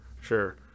sure